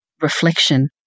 reflection